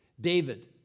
David